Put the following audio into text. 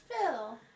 Phil